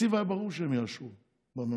תקציב היה ברור שהם יאשרו בממשלה.